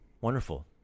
Wonderful